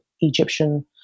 Egyptian